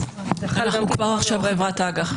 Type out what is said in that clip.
כבר עכשיו חברת אג"ח.